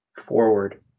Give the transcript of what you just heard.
forward